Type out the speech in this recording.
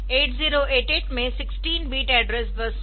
8086 में हमें 20 bit address bus मिली है 8088 में 16 बिट एड्रेस बस है